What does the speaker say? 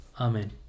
Amen